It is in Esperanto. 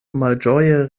malĝoje